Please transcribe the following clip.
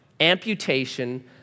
Amputation